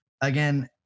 again